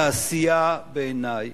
תעשייה, בעיני,